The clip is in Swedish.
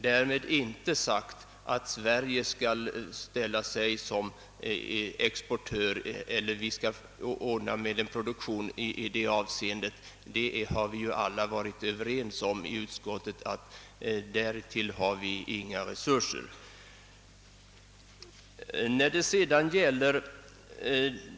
Därmed inte sagt att Sverige skall etablera sig som exportör eller svara för en produktion som kan täcka det behovet — vi har ju alla i utskottet varit överens om att vårt land inte har resurser till det.